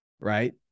Right